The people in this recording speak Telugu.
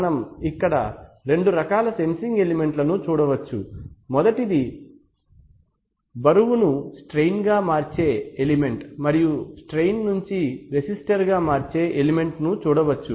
మనం ఇక్కడ రెండు రకాల సెన్సింగ్ ఎలిమెంట్లను చూడవచ్చు మొదటిది బరువును స్ట్రైన్ గా మార్చే ఎలిమెంట్ మరియు స్ట్రైన్ నుంచి రెసిస్టర్ గా మార్చే ఎలిమెంట్ ను చూడవచ్చు